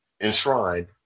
enshrined